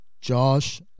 Josh